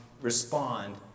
respond